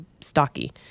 stocky